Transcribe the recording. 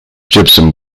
gypsum